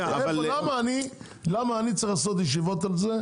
-- למה אני צריך לעשות ישיבות על זה?